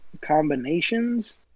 combinations